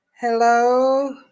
hello